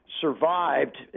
survived